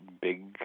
big